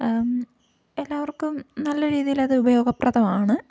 എല്ലാവർക്കും നല്ല രീതിയിൽ അത് ഉപയോഗപ്രദമാണ്